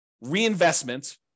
reinvestment